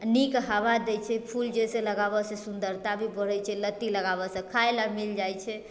नीक हवा दै छै फूल जाहिसँ लगाबैसँ सुन्दरता भी बढ़ै छै लत्ती लगाबैसँ खाइलए मिलि जाइ छै